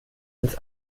ins